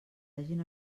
hagin